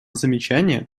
замечания